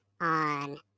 on